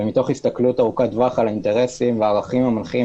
ומתוך הסתכלות ארוכת טווח על האינטרסים והערכים המנחים